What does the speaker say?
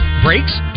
brakes